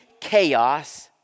chaos